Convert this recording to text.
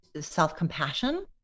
self-compassion